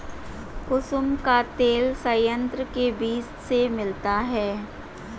कुसुम का तेल संयंत्र के बीज से मिलता है